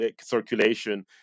circulation